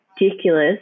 ridiculous